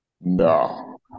No